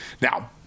Now